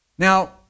Now